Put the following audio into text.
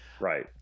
Right